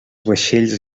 vaixells